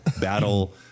battle